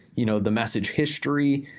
you know, the message history,